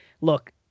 look